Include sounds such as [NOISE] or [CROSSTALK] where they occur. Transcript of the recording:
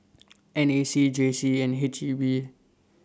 [NOISE] N A C J C and H E B